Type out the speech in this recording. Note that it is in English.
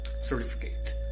Certificate